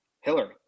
Hillary